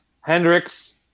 Hendricks